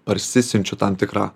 parsisiunčiau tam tikrą